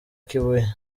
kibuye